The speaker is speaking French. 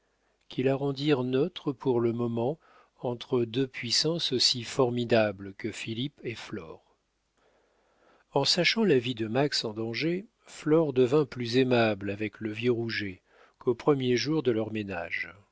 qui la rendirent neutre pour le moment entre deux puissances aussi formidables que philippe et flore en sachant la vie de max en danger flore devint plus aimable avec le vieux rouget qu'aux premiers jours de leur ménage